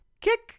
Kick